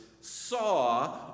saw